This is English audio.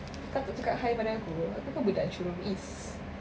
kau tak cakap pada aku aku kan budak jurong east